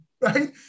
right